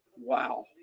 wow